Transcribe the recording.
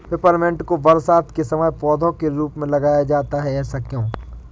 Peppermint को बरसात के समय पौधे के रूप में लगाया जाता है ऐसा क्यो?